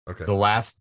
Okay